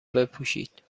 بپوشید